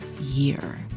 year